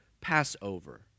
Passover